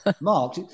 Mark